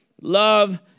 love